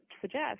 suggest